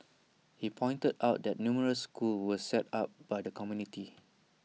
he pointed out that numerous schools were set up by the community